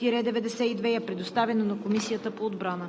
003-09-92 и е предоставено на Комисията по отбрана.